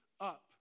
up